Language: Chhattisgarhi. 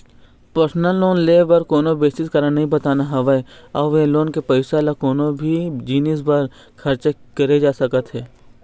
पर्सनल लोन ले बर कोनो बिसेस कारन नइ बताना होवय अउ ए लोन के पइसा ल कोनो भी जिनिस बर खरचा करे जा सकत हे